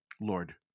Lord